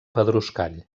pedruscall